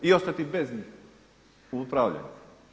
I ostati bez njih u upravljanju.